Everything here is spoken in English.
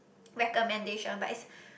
recommendation but it's